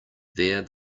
there